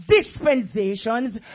dispensations